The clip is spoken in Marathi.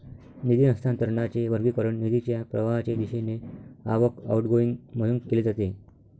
निधी हस्तांतरणाचे वर्गीकरण निधीच्या प्रवाहाच्या दिशेने आवक, आउटगोइंग म्हणून केले जाते